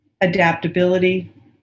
adaptability